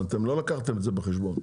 אתם לא לקחתם את זה בחשבון.